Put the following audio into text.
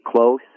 close